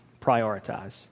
Prioritize